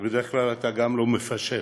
ובדרך כלל אתה גם לא מפשל.